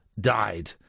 died